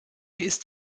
ist